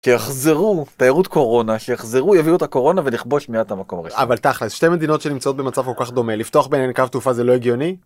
שיחזרו תיירות קורונה, שיחזרו, יביאו את הקורונה ונכבוש מיד את המקום הראשון. אבל תכל'ס, שתי מדינות שנמצאות במצב כל כך דומה, לפתוח בינהן קו תעופה זה לא הגיוני?